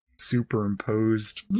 superimposed